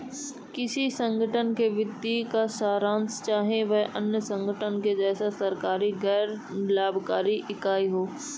किसी संगठन के वित्तीय का सारांश है चाहे वह अन्य संगठन जैसे कि सरकारी गैर लाभकारी इकाई हो